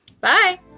Bye